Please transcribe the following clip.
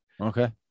Okay